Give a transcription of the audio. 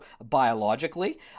biologically